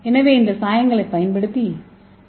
எனவே இந்த சாயங்களைப் பயன்படுத்தி டி